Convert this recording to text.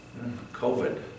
COVID